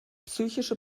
psychische